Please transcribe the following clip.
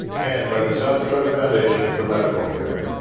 and by the south dakota foundation for medical care,